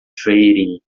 trading